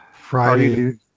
Friday